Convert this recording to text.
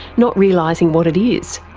not realising what it is.